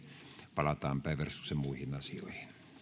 palataan päiväjärjestyksen muihin asioihin